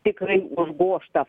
tikrai užgoš tą